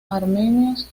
armenios